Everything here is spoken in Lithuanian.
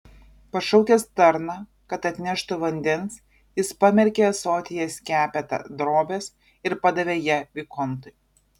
pašaukęs tarną kad atneštų vandens jis pamerkė ąsotyje skepetą drobės ir padavė ją vikontui